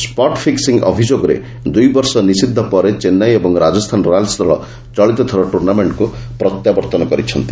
spot fixing ଅଭିଯୋଗରେ ଦୁଇ ବର୍ଷ ନିଷିଦ୍ଧ ପରେ ଚେନ୍ନାଇ ଏବଂ ରାଜସ୍ଥାନ ରୟାଲ୍ସ୍ ଦଳ ଚଳିତ ଥର ଟୁର୍ଣ୍ଣାମେଣ୍ଟକୁ ପ୍ରତ୍ୟାବର୍ତ୍ତନ କରିଛନ୍ତି